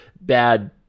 bad